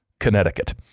connecticut